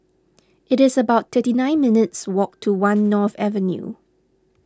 it is about thirty nine minutes' walk to one North Avenue